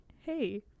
hey